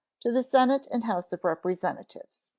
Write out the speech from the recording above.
to the senate and house of representatives